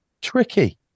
Tricky